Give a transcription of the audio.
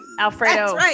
Alfredo